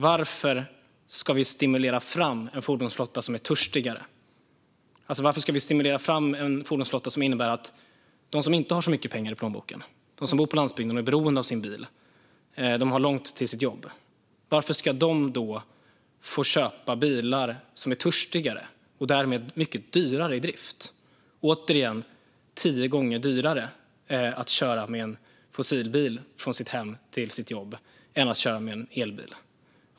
Varför ska vi stimulera fram en fordonsflotta som är törstigare? Varför ska vi stimulera fram en fordonsflotta som innebär att de som inte har mycket pengar i plånboken, de som bor på landsbygden, de som är beroende av sin bil och de som har långt till sitt jobb ska får köpa bilar som är törstigare och därmed mycket dyrare i drift? Det är, återigen, tio gånger dyrare att köra med en fossilbil från sitt hem till sitt jobb än att köra med en elbil.